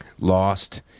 lost